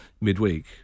midweek